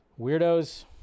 Weirdos